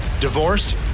Divorce